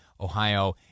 Ohio